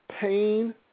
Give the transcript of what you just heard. pain